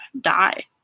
die